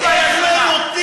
תתבייש לך.